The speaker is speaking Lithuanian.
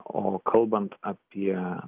o kalbant apie